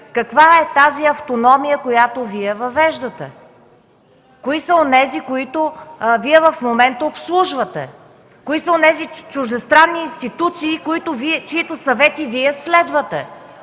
Каква е тази автономия, която Вие въвеждате?! Кои са онези, които Вие в момента обслужвате?! Кои са онези чуждестранни институции, чиито съвети Вие следвате?!